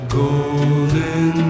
golden